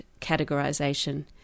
categorisation